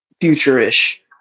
future-ish